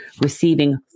receiving